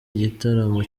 igitaramo